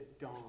dawn